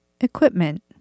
Equipment